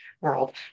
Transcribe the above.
world